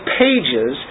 pages